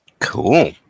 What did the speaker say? Cool